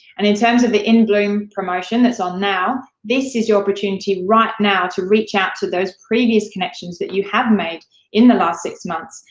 and in terms of the in bloom promotion that's on now, this is your opportunity right now to reach out to those previous connections that you have made in the last six months,